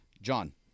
John